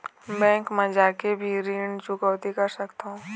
Bank मा जाके भी ऋण चुकौती कर सकथों?